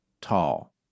tall